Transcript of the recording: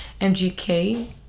mgk